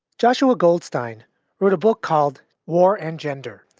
joshua goldstein wrote a book called war and gender,